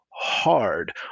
hard